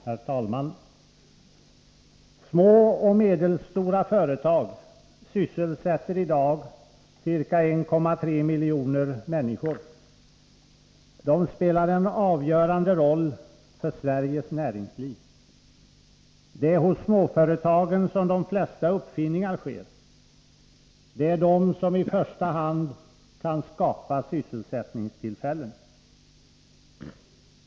Herr talman! Små och medelstora företag sysselsätter i dag ca 1,3 miljoner människor. De spelar en avgörande roll för Sveriges näringsliv. Det är hos småföretagen som de flesta uppfinningar sker. Det är dessa företag som i första hand kan skapa sysselsättningstillfällen.